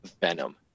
Venom